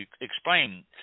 explain